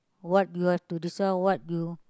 what you have to discern what you